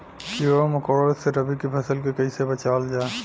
कीड़ों मकोड़ों से रबी की फसल के कइसे बचावल जा?